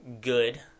good